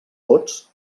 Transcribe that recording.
vots